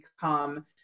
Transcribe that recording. become